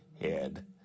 head